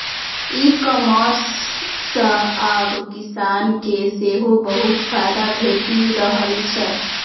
e commerce सं आब किसान के सेहो बहुत फायदा भेटि रहल छै